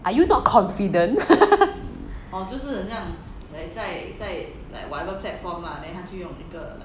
are you not confident